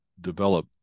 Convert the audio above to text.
develop